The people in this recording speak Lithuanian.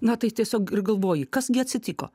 na tai tiesiog ir galvoji kas gi atsitiko